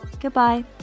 goodbye